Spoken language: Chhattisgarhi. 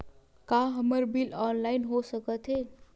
का हमर बिल ऑनलाइन हो सकत हे?